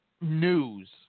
news